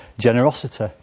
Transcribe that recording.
generosity